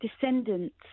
descendants